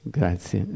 grazie